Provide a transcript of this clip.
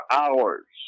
hours